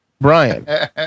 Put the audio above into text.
Brian